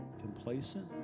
complacent